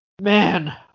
man